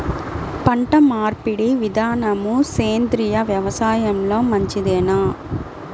పంటమార్పిడి విధానము సేంద్రియ వ్యవసాయంలో మంచిదేనా?